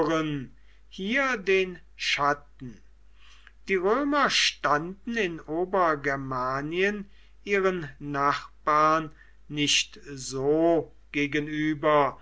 hier den chatten die römer standen in obergermanien ihren nachbarn nicht so gegenüber